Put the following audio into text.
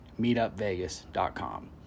Meetupvegas.com